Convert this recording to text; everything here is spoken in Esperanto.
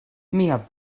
mia